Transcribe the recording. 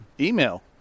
Email